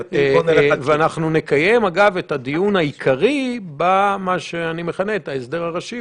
אנחנו נקיים את הדיון העיקרי בהסדר הראשי.